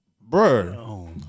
bro